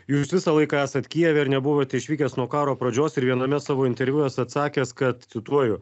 jūs visą laiką esat kijeve ir nebuvote išvykęs nuo karo pradžios ir viename savo interviu esat sakęs kad cituoju